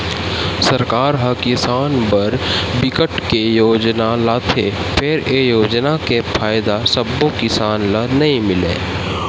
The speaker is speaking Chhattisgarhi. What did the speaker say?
सरकार ह किसान बर बिकट के योजना लाथे फेर ए योजना के फायदा सब्बो किसान ल नइ मिलय